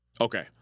Okay